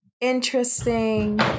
interesting